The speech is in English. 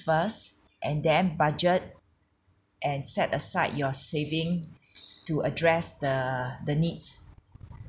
first and then budget and set aside your saving to address the the needs